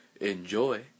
Enjoy